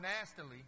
nastily